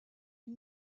une